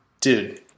Dude